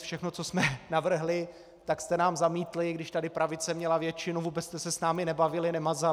Všechno, co jsme navrhli, tak jste nám zamítli, když tady pravice měla většinu, vůbec jste se s námi nebavili, nemazali.